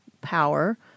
power